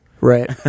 Right